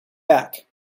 back